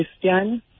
Christian